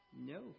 No